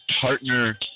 partner